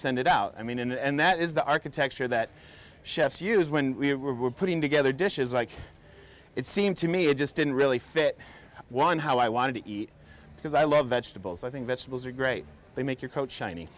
send it out i mean and that is the architecture that chefs use when we were putting together dishes like it seemed to me it just didn't really fit one how i wanted to eat because i love vegetables i think vegetables are great they make your coat shiny